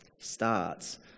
starts